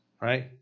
right